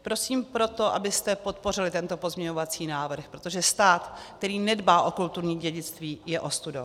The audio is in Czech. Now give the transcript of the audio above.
Prosím proto, abyste podpořili tento pozměňovací návrh, protože stát, který nedbá o kulturní dědictví, je ostudou.